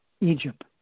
Egypt